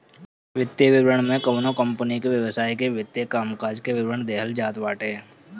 वित्तीय विवरण में कवनो कंपनी के व्यवसाय के वित्तीय कामकाज के विवरण देहल जात बाटे